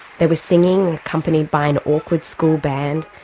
there was singing accompanied by an awkward school band,